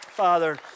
Father